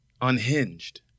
unhinged